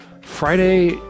Friday